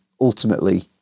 ultimately